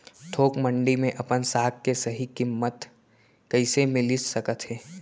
थोक मंडी में अपन साग के सही किम्मत कइसे मिलिस सकत हे?